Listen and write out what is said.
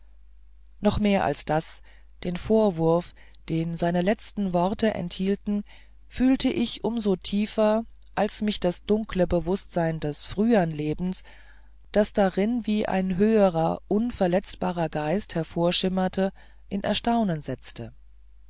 noch mehr als das den vorwurf den seine letzten worte enthielten fühlte ich ebenso tief als mich das dunkle bewußtsein des frühern lebens das darin wie ein höherer unverletzbarer geist hervorschimmerte in erstaunen setzte